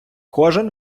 кожен